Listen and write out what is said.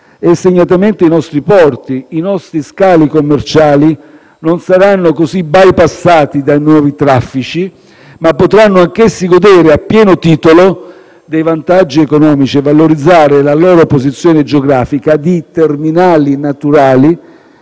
e segnatamente i nostri porti, i nostri scali commerciali, non saranno così bypassati dai nuovi traffici, ma potranno anch'essi godere a pieno titolo dei vantaggi economici e valorizzare la loro posizione geografica di terminali naturali